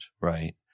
right